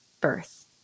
birth